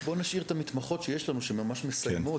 בוא נשאיר את המתמחות שיש לנו שממש מסיימות,